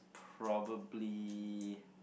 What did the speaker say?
probably